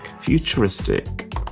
Futuristic